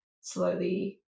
slowly